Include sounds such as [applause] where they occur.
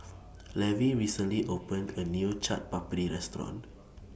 [noise] Levy recently opened A New Chaat Papri Restaurant